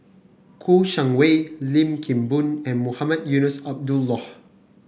Kouo Shang Wei Lim Kim Boon and Mohamed Eunos Abdullah